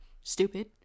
Stupid